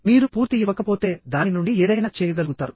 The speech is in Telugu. మీరు పూర్తి ఇవ్వకపోతే దాని నుండి ఏదైనా చేయగలుగుతారు